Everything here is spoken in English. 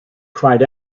cried